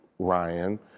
Ryan